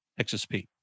XSP